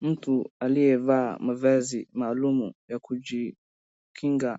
Mtu aliyevaa mavazi maalumu ya kujikinga